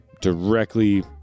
directly